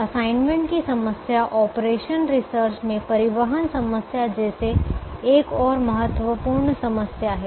assignment की समस्या operation research में परिवहन समस्या जैसे एक और महत्वपूर्ण समस्या है